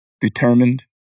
determined